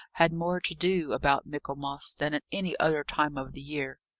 had more to do about michaelmas, than at any other time of the year.